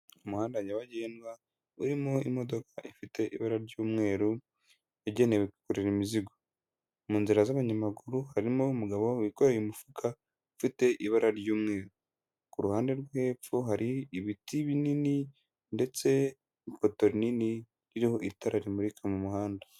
Umuhanda nyabagendwa urimo imodoka ifite ibara ry'umweru, yagenewe kwikorera imizigo. Mu nzira z'abanyamaguru harimo umugabo wikoreye umufuka ufite ibara ry'umweru. Ku ruhande rwo hepfo hari ibiti binini ndetse n'ipoto rinini ririho itara rimurika mu muhanda.